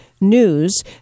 news